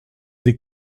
des